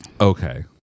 Okay